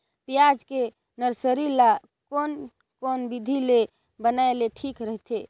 पियाज के नर्सरी ला कोन कोन विधि ले बनाय ले ठीक रथे?